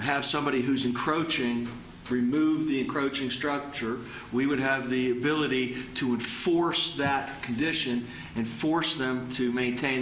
have somebody who's encroaching remove the encroaching structure we would have the ability to would force that condition and force them to maintain